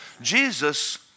Jesus